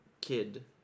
kid